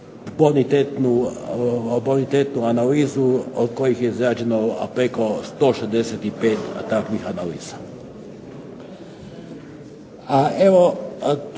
bonitetnu analizu od kojih je izrađeno preko 165 takvih analiza.